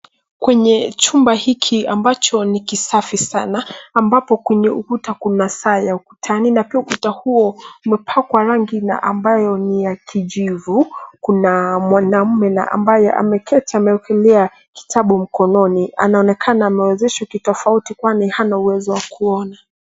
Kwenye chumba hiki ambacho ni kisafi sana ambapo kwenye ukuta kuna saa ya ukutani na pia ukuta huo umepakwa rangi na ambayo ni ya kijivu. Kuna mwanaume na ambaye ameketi amewekelea kitabu mkononi, anaonekana amewezeshwa kitofauti kwani hana uwezo wa kuona.